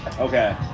Okay